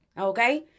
okay